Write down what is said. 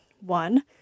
One